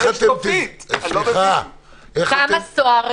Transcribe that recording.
כתוצאה מכך שיש חמישה